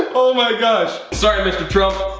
oh my gosh! sorry mr. trump,